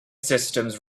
systems